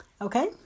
Okay